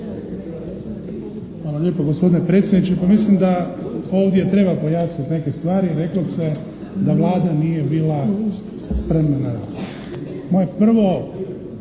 Hvala lijepo gospodine predsjedniče. Pa mislim da ovdje treba pojasnit neke stvari. Rekoste da Vlada nije bila spremna na razgovor. Moje prvo